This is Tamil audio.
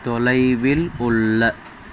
தொலைவில் உள்ள